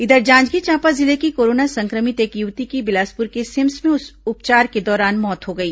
इधर जांजगीर चांपा जिले की कोरोना संक्रमित एक युवती की बिलासपुर के सिम्स में उपचार के दौरान मौत हो गई